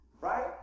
Right